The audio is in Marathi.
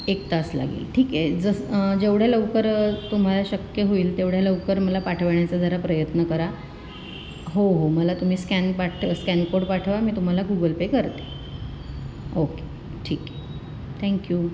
एक तास लागेल ठीक आहे जसं जेवढ्या लवकर तुम्हा शक्य होईल तेवढ्या लवकर मला पाठवण्याचा जरा प्रयत्न करा हो हो मला तुम्ही स्कॅन पाटं स्कॅन कोड पाठवा मी तुम्हाला गुगल पे करते ओके ठीक आहे थॅंक्यू